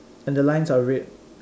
and the lines are red